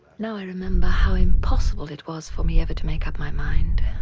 now i remember how impossible it was for me ever to make up my mind.